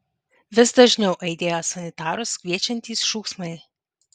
vis dažniau aidėjo sanitarus kviečiantys šūksmai